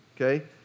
Okay